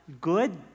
Good